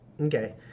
Okay